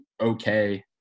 okay